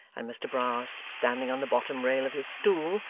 and mr brass standing on the bottom rail of his stool,